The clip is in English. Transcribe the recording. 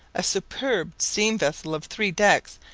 a superb steam-vessel of three decks,